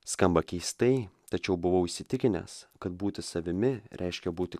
skamba keistai tačiau buvau įsitikinęs kad būti savimi reiškia būti